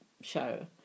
show